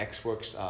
X-Works